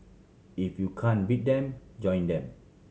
if you can beat them join them